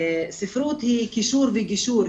ספרות היא קישור וגישור,